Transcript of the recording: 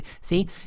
see